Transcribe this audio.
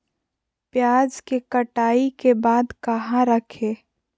प्याज के कटाई के बाद कहा रखें?